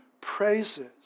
praises